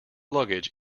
luggage